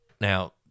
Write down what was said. now